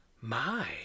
My